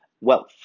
wealth